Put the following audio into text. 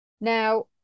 Now